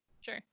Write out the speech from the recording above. Sure